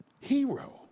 hero